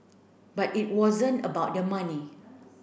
but it wasn't about the money